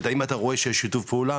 אם אתה רואה שיש שיתוף פעולה,